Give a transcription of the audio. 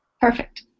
perfect